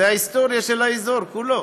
זה ההיסטוריה של האזור כולו.